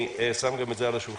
אני שם גם את זה על השולחן.